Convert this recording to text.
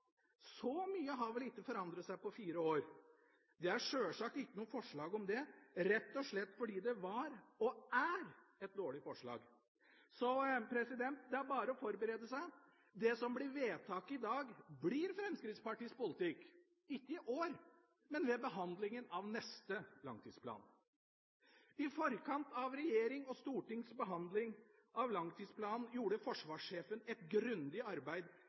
Så mye har vel ikke forandret seg på fire år? Det er sjølsagt ikke noe forslag om det, rett og slett fordi det var – og er – et dårlig forslag. Så det er bare å forberede seg: Det som blir vedtaket i dag, blir Fremskrittspartiets politikk – ikke i år, men ved behandlingen av neste langtidsplan. I forkant av regjeringas og Stortingets behandling av langtidsplanen gjorde forsvarssjefen et grundig arbeid